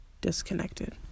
disconnected